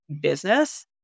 business